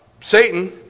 Satan